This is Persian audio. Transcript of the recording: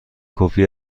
کپی